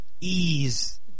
ease